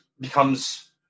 becomes